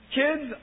kids